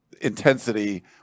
intensity